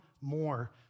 more